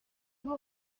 vous